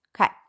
Okay